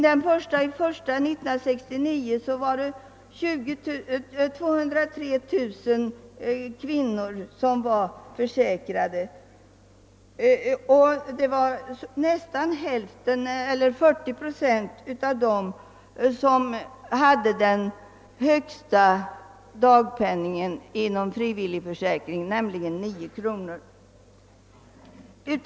Den 1 januari 1969 var 203 000 kvinnor försäkrade, och nästan hälften eller 40 procent av dem hade den högsta dagpenningen inom frivilligförsäkringen, nämligen 9 kronor.